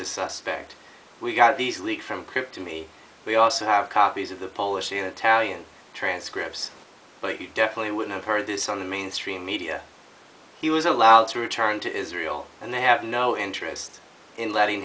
a suspect we got these leaks from to me we also have copies of the polish and italian transcripts but you definitely wouldn't have heard this on the mainstream media he was allowed to return to israel and they have no interest in letting